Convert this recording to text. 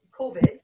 covid